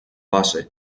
base